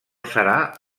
serà